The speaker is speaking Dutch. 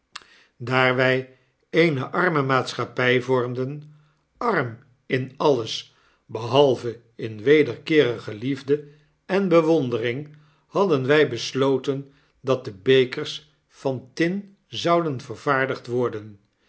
wjj eene arme maatschappij vormden arm in alles behalve in wederkeerige liefde enbewondering hadden wy besloten dat de bekersvan tin zouden vervaardigd worden